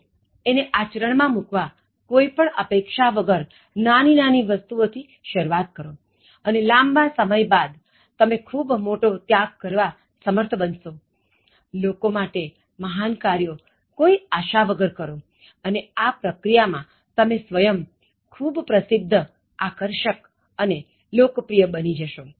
તો એને આચરણ માં મૂકવા કોઈ પણ અપેક્ષા વગર નાની નાની વસ્તુઓ થી શરૂઆત કરો અને લાંબા સમય બાદ તમે મોટો ત્યાગ કરવા સમર્થ બનશો લોકો માટે મહાન કાર્યો કોઈ આશા વગર કરો અને આ પ્રક્રિયા માં તમે સ્વયં ખૂબ પ્રસિધ્ધઆકર્ષક અને લોકપ્રિય બની જશો